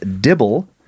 Dibble